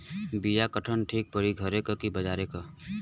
बिया कवन ठीक परी घरे क की बजारे क?